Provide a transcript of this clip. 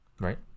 Right